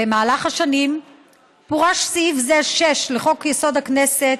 במהלך השנים פורש סעיף זה, 6, לחוק-יסוד: הכנסת